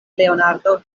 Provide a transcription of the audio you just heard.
leonardo